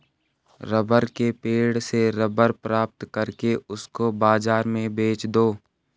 rubber के पेड़ से रबर प्राप्त करके उसको बाजार में बेच दो